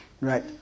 Right